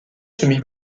semi